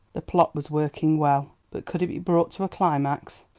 the plot was working well, but could it be brought to a climax?